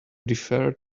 defer